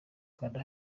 kanda